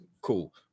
Cool